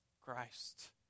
Christ